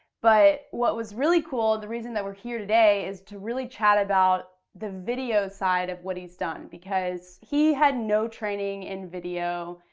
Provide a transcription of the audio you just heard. but what was really cool, the reason that we're here today is to really chat about the video side of what he's done because he had no training in video.